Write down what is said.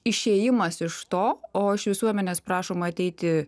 išėjimas iš to o iš visuomenės prašoma ateiti